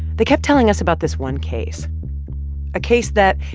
they kept telling us about this one case a case that,